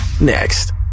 next